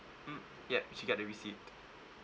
mm yup should get the receipt